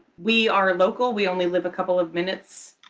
we are local. we only live a couple of minutes,